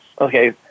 Okay